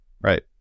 right